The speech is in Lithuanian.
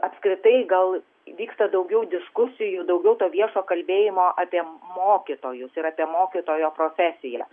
apskritai gal vyksta daugiau diskusijų daugiau to viešo kalbėjimo apie mokytojus ir apie mokytojo profesija